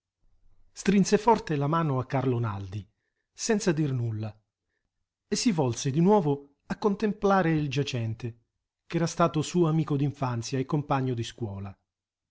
strinse forte la mano a carlo naldi senza dir nulla e si volse di nuovo a contemplare il giacente ch'era stato suo amico d'infanzia e compagno di scuola